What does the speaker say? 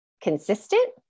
consistent